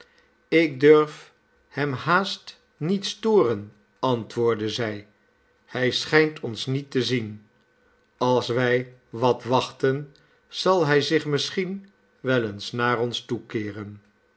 ik durf hem haast niet storen antwoordde zij hij schijnt ons niet te zien als wij wat wachten zal hij zich misschien wel eens naar ons toekeeren